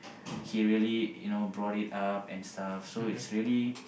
he really you know brought it up and stuff so it's really